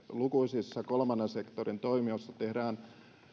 lukuisissa kolmannen sektorin toimijoissa tehdään